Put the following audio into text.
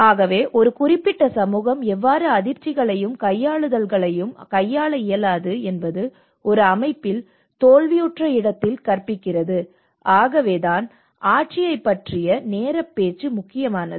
ஆகவே ஒரு குறிப்பிட்ட சமூகம் எவ்வாறு அதிர்ச்சிகளையும் கையாளுதல்களையும் கையாள இயலாது என்பது ஒரு அமைப்பில் தோல்வியுற்ற இடத்தில் கற்பிக்கிறது ஆகவேதான் ஆட்சியைப் பற்றிய நேரப் பேச்சு முக்கியமானது